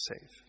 safe